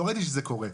לא ראיתי שזה קורה.